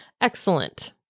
Excellent